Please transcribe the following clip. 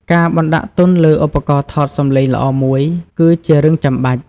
ការបណ្តាក់ទុនលើឧបករណ៍ថតសំឡេងល្អមួយ គឺជារឿងចាំបាច់។